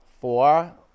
Four